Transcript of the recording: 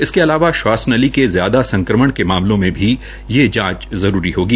इसके अलावा स्वास नली के ज्यादा संक्रमण के मामलों में भी ये जांच जरूरी होगी